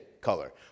color